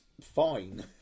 fine